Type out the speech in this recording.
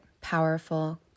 powerful